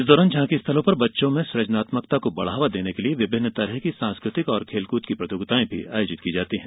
इस दौरान झांकीस्थलों पर बच्चों में सुजनात्मकता को बढ़ावा देने के लिए विभिन्न तरह की सांस्कृतिक और खेलकूद की प्रतियोगितायें भी आयोजित की जाती है